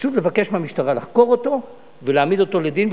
פשוט לבקש מהמשטרה לחקור אותו ולהעמיד אותו לדין,